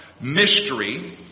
mystery